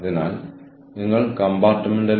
അത് ധാർമികമാണെന്ന് ഞാൻ പറയുന്നില്ല